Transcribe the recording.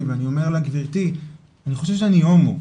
ואני אומר לה גברתי אני חושב שאני הומו,